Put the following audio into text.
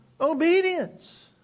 obedience